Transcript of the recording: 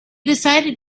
decided